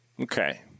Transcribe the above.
Okay